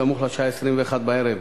בסמוך לשעה 21:00,